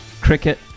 cricket